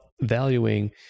valuing